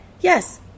Yes